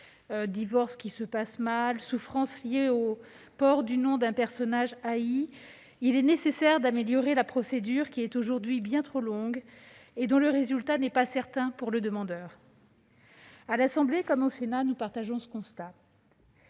divorce qui se passe mal, souffrance liée au port du nom d'un personnage haï -, il est nécessaire d'améliorer la procédure, qui est aujourd'hui bien trop longue et dont le résultat n'est pas certain pour le demandeur. À l'Assemblée nationale comme au Sénat, nous partageons ce constat.